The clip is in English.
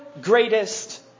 greatest